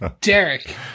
Derek